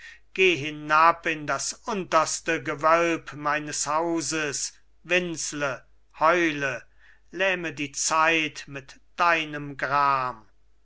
geh hinab in das unterste gewölb meines hauses winsle heule lähme die zeit mit deinem gram